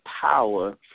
power